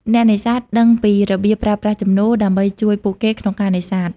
អ្នកនេសាទដឹងពីរបៀបប្រើប្រាស់ជំនោរ ដើម្បីជួយពួកគេក្នុងការនេសាទ។